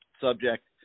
subject